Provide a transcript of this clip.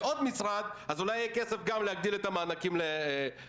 ועוד משרד אז אולי יהיה כסף גם להגדיל את המענקים לעצמאים,